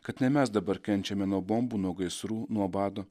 kad ne mes dabar kenčiame nuo bombų nuo gaisrų nuo bado